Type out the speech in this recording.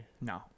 No